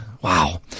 Wow